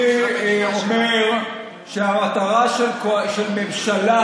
אני אומר שהמטרה של ממשלה,